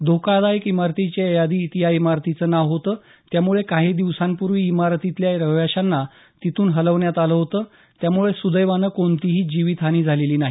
धोकादायक इमारतींच्या यादीत या इमारतीचं नाव होतं त्यामुळे काही दिवसांपूर्वी इमारतीतल्या रहिवाशांना तिथून हलवण्यात आलं होतं त्यामुळे सुदैवाने कोणतीही जीवीत हानी झालेली नाही